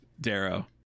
Darrow